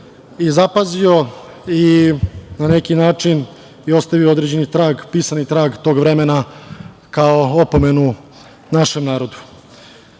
on zapazio i na neki način ostavio određeni trag, pisani trag tog vremena kao opomenu našem